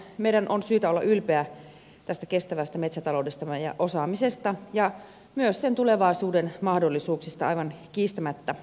meidän on syytä olla ylpeitä tästä kestävästä metsätaloudestamme ja osaamisesta ja myös sen tulevaisuuden mahdollisuuksista aivan kiistämättä